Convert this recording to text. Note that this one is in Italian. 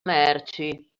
merci